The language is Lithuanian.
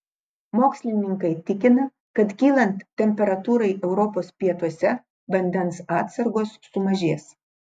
mokslininkai tikina kad kylant temperatūrai europos pietuose vandens atsargos sumažės